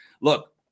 look